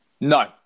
No